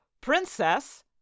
Princess